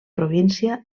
província